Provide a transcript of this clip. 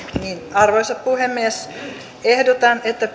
arvoisa puhemies ehdotan että